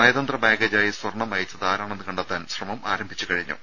നയതന്ത്ര ബാഗേജായി സ്വർണ്ണം അയച്ചത് ആരാണെന്ന് കണ്ടെത്താൻ ശ്രമം ആരംഭിച്ച് കഴിഞ്ഞു